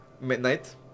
midnight